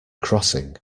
crossing